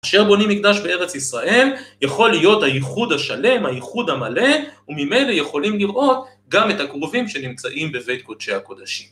אשר בונים מקדש בארץ ישראל, יכול להיות הייחוד השלם, הייחוד המלא, וממילא יכולים לראות גם את הכרובים שנמצאים בבית הקודשי הקודשים.